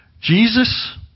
Jesus